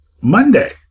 Monday